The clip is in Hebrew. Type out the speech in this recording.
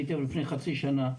אני פניתי אליו לפני חצי שנה,